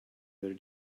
other